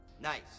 Nice